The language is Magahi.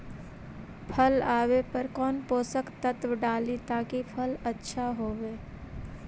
फल आबे पर कौन पोषक तत्ब डाली ताकि फल आछा होबे?